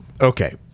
Okay